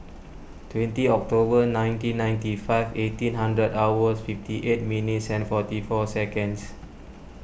twenty October nineteen ninety five eighteen hundred hours fifty eight minutes and forty four seconds